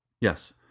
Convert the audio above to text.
yes